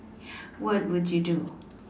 what would you do